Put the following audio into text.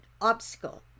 obstacle